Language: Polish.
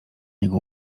niego